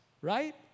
right